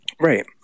Right